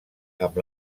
amb